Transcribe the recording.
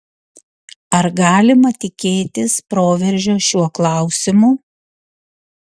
ar galima tikėtis proveržio šiuo klausimu